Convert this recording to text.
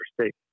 state